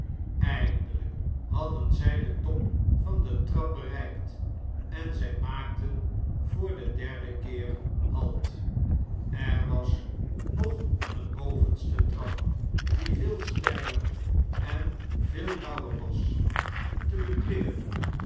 eindelp hadden zjj den top van detrapbereikt en zjj maakten voor den derden keer halt er was nog een bovenste trap die veel steiler en veel nauwer was te beklimmen